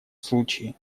случае